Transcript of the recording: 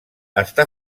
està